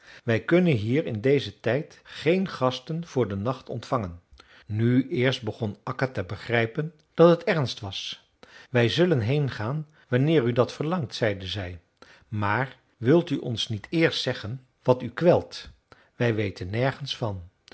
wij kunnen hier in dezen tijd geen gasten voor den nacht ontvangen nu eerst begon akka te begrijpen dat het ernst was wij zullen heengaan wanneer u dat verlangt zeide zij maar wilt u ons niet eerst zeggen wat u kwelt wij weten nergens van